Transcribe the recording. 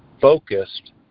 focused